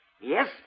Yes